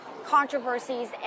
controversies